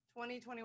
2021